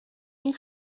این